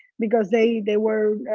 because they they were,